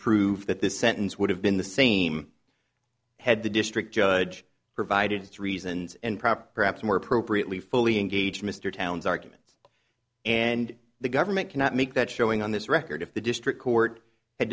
prove that the sentence would have been the same had the district judge provided reasons and proper perhaps more appropriately fully engaged mr towns arguments and the government cannot make that showing on this record if the district co